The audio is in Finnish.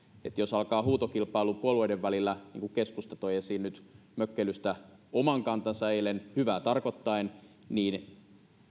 jos alkaa huutokilpailu puolueiden välillä niin kuin keskusta toi esiin mökkeilystä oman kantansa eilen hyvää tarkoittaen niin